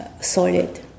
solid